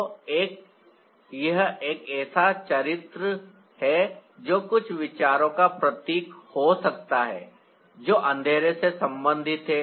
तो यह एक ऐसा चरित्र है जो कुछ विचारों का प्रतीक हो सकता है जो अंधेरे से संबंधित है